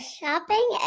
shopping